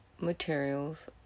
materials